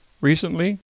Recently